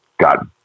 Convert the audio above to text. Got